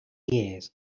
years